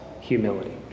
humility